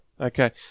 Okay